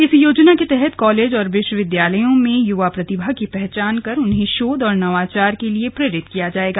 इस योजना के तहत कॉलेज और विश्वविद्यालयों में युवा प्रतिभा की पहचान कर उन्हें शोध और नवाचार के लिए प्रेरित किया जाएगा